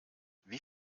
wie